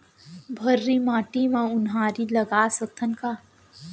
भर्री माटी म उनहारी लगा सकथन का?